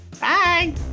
Bye